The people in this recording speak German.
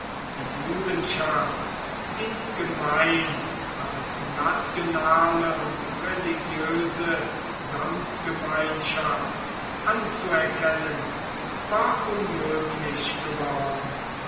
die judenschaft insgemein als nationale und religiöse samtgemeinschaft anzuerkennen war unmöglich geworden